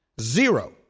Zero